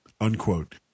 unquote